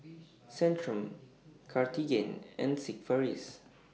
Centrum Cartigain and Sigvaris